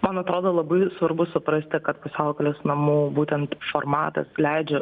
man atrodo labai svarbu suprasti kad pusiaukelės namų būtent formatas leidžia